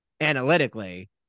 analytically